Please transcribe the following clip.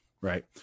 right